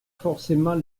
forcément